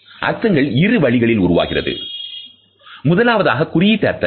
அர்த்தங்கள் இரு வழிகளில் உருவாகின்றன முதலாவதாக குறியீட்டு அர்த்தங்கள்